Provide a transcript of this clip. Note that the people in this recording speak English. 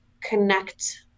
connect